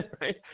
right